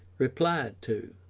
replied to.